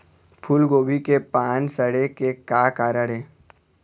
फूलगोभी के पान सड़े के का कारण ये?